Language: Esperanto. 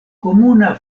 komuna